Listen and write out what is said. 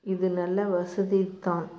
இது நல்ல வசதி தான்